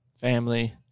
Family